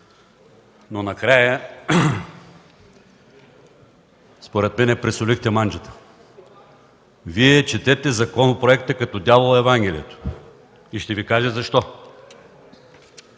Но накрая според мен пресолихте манджата. Вие четете законопроекта като дяволът Евангелието. И ще Ви кажа защо.